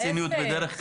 אני בעד ציניות בדרך כלל.